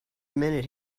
minute